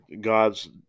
God's